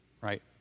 right